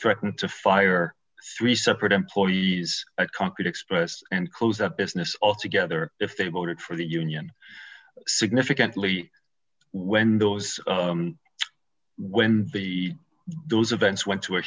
threatened to fire three separate employees at concord express and close that business altogether if they voted for the union significantly when those when the those events went to a